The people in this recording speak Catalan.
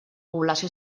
població